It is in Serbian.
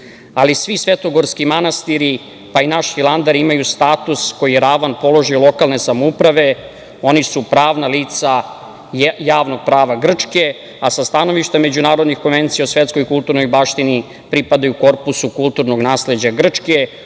ali svi svetogorski manastiri, pa i naš Hilandar imaju status koji je ravan položaju lokalne samouprave, oni su pravna lica javnog prava Grčke, a sa stanovišta međunarodnih konvencija o svetskoj kulturnoj baštini pripadaju korpusu kulturnog nasleđa Grčke,